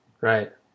Right